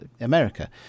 America